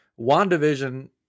WandaVision